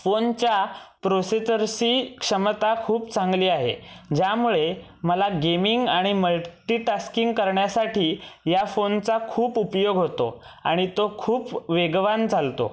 फोनच्या प्रोसेचरची क्षमता खूप चांगली आहे ज्यामुळे मला गेमिंग आणि मल्टिटास्किंग करण्यासाठी या फोनचा खूप उपयोग होतो आणि तो खूप वेगवान चालतो